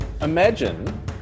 Imagine